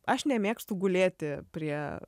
aš nemėgstu gulėti prie